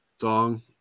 song